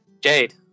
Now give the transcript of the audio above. Jade